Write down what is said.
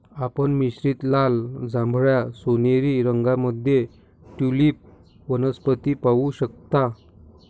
आपण मिश्रित लाल, जांभळा, सोनेरी रंगांमध्ये ट्यूलिप वनस्पती पाहू शकता